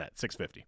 650